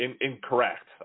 incorrect